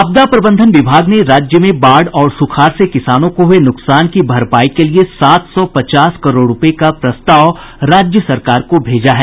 आपदा प्रबंधन विभाग ने राज्य में बाढ़ और सुखाड़ से किसानों को हुए नुकसान की भरपाई के लिए सात सौ पचास करोड़ रूपये का प्रस्ताव राज्य सरकार को भेजा है